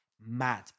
Mad